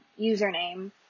username